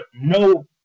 No